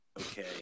okay